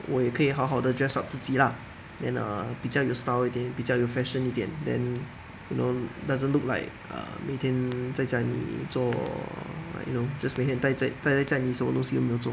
我也可以好好的 dress up 自己 lah then err 比较有 style 一点比较有 fashion 一点 then you know doesn't look like err 每天在家里做 like you know just 每天呆在家里 then 你什么东西都没有做